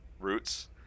roots